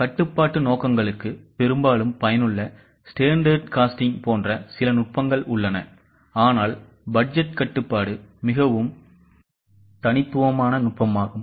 கட்டுப்பாட்டு நோக்கங்களுக்கு பெரும்பாலும் பயனுள்ள standard costing போன்ற சில நுட்பங்கள் உள்ளன ஆனால் பட்ஜெட் கட்டுப்பாடு மிகவும் தனித்துவமான நுட்பமாகும்